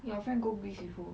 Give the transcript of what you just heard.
your friend go with you for